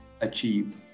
achieve